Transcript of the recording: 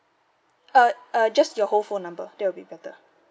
uh uh just your whole phone number that will be better